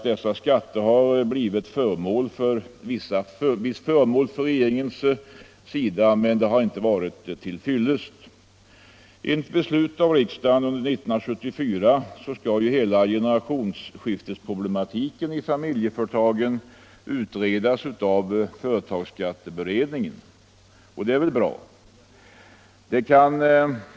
Dessa skatter har blivit föremål för viss uppmärksamhet från regeringens sida, men det har inte varit till fyllest. Enligt beslut av riksdagen under 1974 skall ju hela generationsskiftesproblematiken i familjeföretagen utredas av företagsskatteberedningen, och det är väl bra.